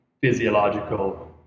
physiological